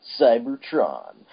Cybertron